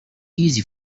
easy